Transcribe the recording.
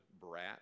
brat